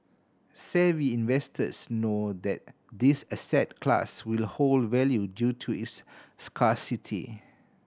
savvy investors know that this asset class will hold value due to its scarcity